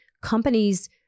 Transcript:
companies –